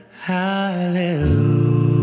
Hallelujah